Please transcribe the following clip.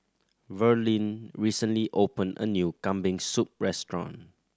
Verlyn recently opened a new Kambing Soup restaurant